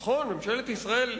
נכון, ממשלת ישראל,